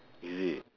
is it